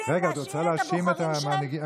את רוצה להאשים את המנהיגים,